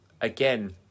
again